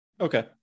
okay